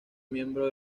miembro